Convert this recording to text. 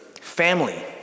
family